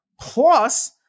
Plus